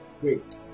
Great